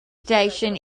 station